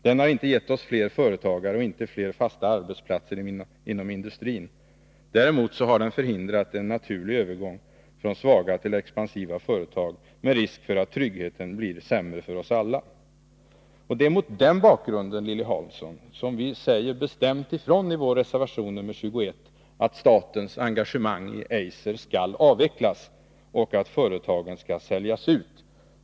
Den har inte gett oss fler företagare och inte fler fasta arbetstillfällen inom industrin. Däremot har den förhindrat en naturlig övergång från svaga till expansiva företag med risk för att tryggheten blir sämre för oss alla. Det är mot den bakgrunden, Lilly Hansson, som vi bestämt säger ifrån i reservation nr 21 att statens engagemang i Eiser måste avvecklas och att företagen skall säljas.